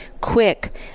Quick